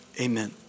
Amen